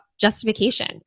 justification